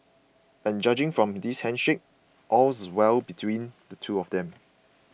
and judging from this handshake all's well between the two of them